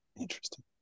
Interesting